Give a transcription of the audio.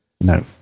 No